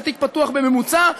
שהתיק פתוח בממוצע.